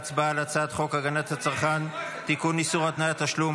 הצעת חוק הגנת הצרכן (תיקון, איסור התניית תשלום